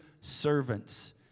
servants